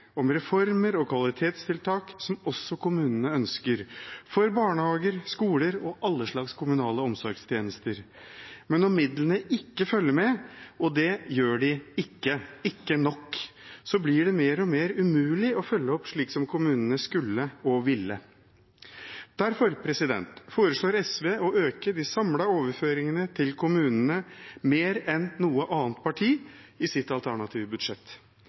om reformer og kvalitetstiltak som også kommunene ønsker, for barnehager, skoler og alle slags kommunale omsorgstjenester. Men når midlene ikke følger med, og det gjør de ikke, ikke nok, blir det mer og mer umulig å følge opp slik som kommunene skulle og ville. Derfor foreslår SV å øke de samlede overføringene til kommunene mer enn noe annet parti i sitt alternative budsjett,